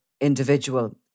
individual